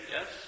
Yes